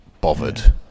Bothered